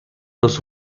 los